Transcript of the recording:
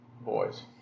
boys